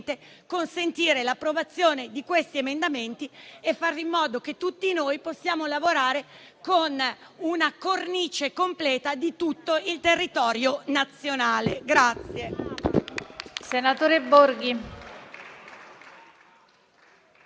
consentire l'approvazione di questi emendamenti e fare in modo che tutti noi possiamo lavorare con una cornice completa di tutto il territorio nazionale.